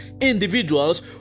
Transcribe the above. individuals